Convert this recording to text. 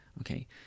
Okay